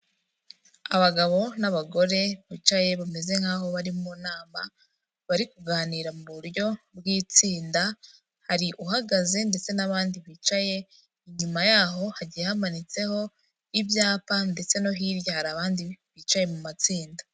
Abagabo n'abagore bicaye bameze nk'aho bari mu nama barikuganira mu buryo bw'itsinda hari uhagaze ndetse n'abandi bicaye, inyuma yaho hagiye hamanitseho ibyapa ndetse no hirya hari abandi bicaye mu matsinda.